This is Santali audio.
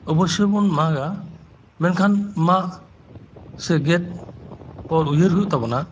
ᱚᱵᱚᱥᱥᱳᱭ ᱵᱚᱱ ᱢᱟᱜᱟ ᱢᱮᱱᱠᱷᱟᱱ ᱢᱟᱜ ᱥᱮ ᱜᱮᱫ ᱚᱠᱛᱚ ᱩᱭᱦᱟᱹᱨ ᱦᱩᱭᱩᱜ ᱛᱟᱵᱚᱱᱟ